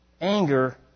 anger